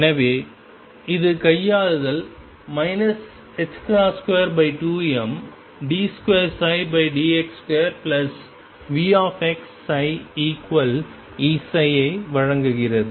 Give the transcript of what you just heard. எனவே இது கையாளுதலால் 22md2dx2VψEψ ஐ வழங்குகிறது